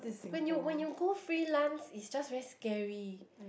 when you when you go freelance it's just very scary